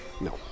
No